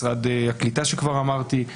משרד הקליטה שכבר אמרתי,